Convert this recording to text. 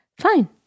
Fine